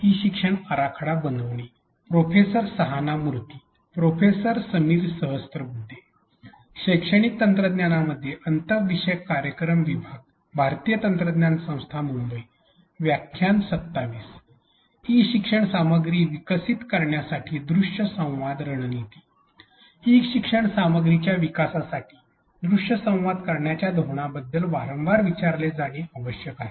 E शिक्षण सामग्रीच्या विकासासाठी दृश्य संवाद करण्याच्या धोरणाबद्दल वारंवार विचारले जाणे आवश्यक आहे